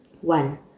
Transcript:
one